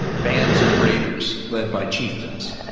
bands of raiders led by chieftains,